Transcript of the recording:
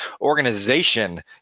organization